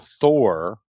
Thor